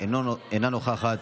אינה נוכחת,